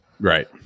Right